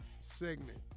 Segment